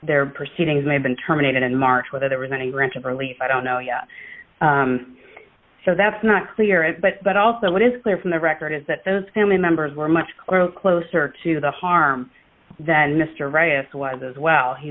their proceedings may have been terminated in march whether there was any branch of relief i don't know yet so that's not clear but but also what is clear from the record is that those family members were much closer to the harm that mr